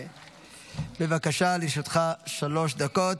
בבקשה, לרשותך שלוש דקות.